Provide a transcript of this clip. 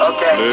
Okay